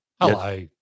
Hello